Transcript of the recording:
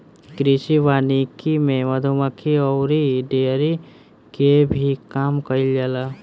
कृषि वानिकी में मधुमक्खी अउरी डेयरी के भी काम कईल जाला